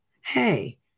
Hey